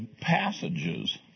passages